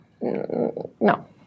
no